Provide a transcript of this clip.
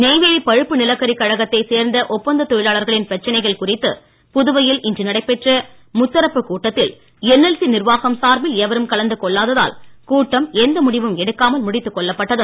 நெய்வேலி பழுப்பு நிலக்கரி கழகத்தை சேர்ந்த ஒப்பந்த தொழிலாளர்களின் பிரச்சனைகள் குறித்து புதுவையில் இன்று நடைபெற்ற முத்தரப்புக் கூட்டத்தில் என்எல்சி நிர்வாகம் சார்பில் எவரும் கலந்து கொள்ளாததால் கூட்டம் எந்த முடிவும் எடுக்காமல் முடித்துக் கொள்ளப்பட்டது